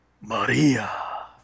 Maria